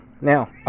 Now